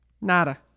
Nada